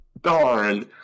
Darn